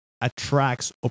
attracts